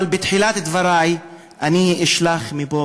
אבל בתחילת דברי אני אשלח מפה,